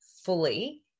fully